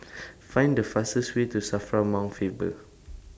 Find The fastest Way to SAFRA Mount Faber